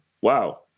Wow